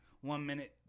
one-minute